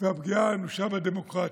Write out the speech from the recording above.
והפגיעה האנושה בדמוקרטיה.